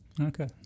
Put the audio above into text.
Okay